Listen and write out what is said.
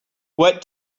what